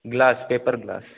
glass paper glass